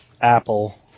Apple